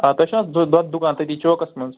آ تۄہہِ چھُنا دۄدٕ دُکان تٔتی چوکس منٛز